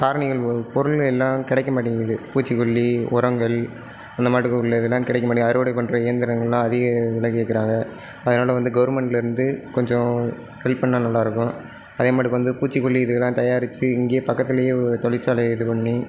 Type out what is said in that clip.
காரணிகள் பொருள் எல்லாம் கிடைக்க மாட்டேங்குது பூச்சுக்கொல்லி உரங்கள் இந்த மாட்டுக்குள்ளதெல்லாம் கிடைக்க மாட்டேங்குது அறுவடை பண்ணுற இயந்திரங்கள்லாம் அதிக விலை கேக்கிறாங்க அதனால வந்து கவர்மண்ட்லேர்ந்து கொஞ்சம் ஹெல்ப் பண்ணா நல்லாயிருக்கும் அதேமாதிரி வந்து பூச்சுக்கொல்லி இதலாம் தயாரித்து இங்கேயே பக்கத்துலேயே ஒரு தொழிற்சாலை இது பண்ணி